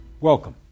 Welcome